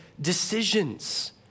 decisions